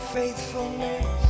faithfulness